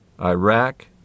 Iraq